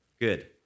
Good